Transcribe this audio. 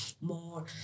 more